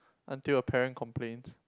until a parent complained